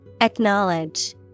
Acknowledge